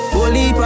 Holy